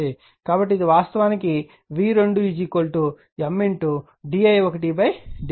కాబట్టి ఇది వాస్తవానికి v2 M di1dt